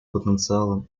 потенциалом